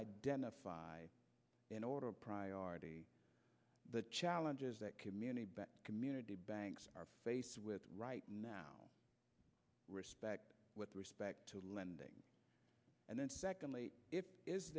identify in order of priority the challenges that community community banks are faced with right now respect with respect to lending and then secondly i